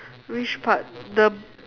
which part the